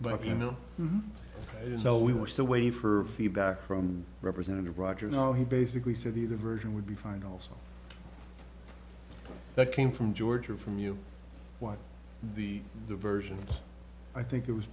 but you know it's all we we're still waiting for feedback from representative roger no he basically said either version would be fine also that came from george or from you what the diversion i think it was